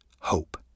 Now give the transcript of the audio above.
Hope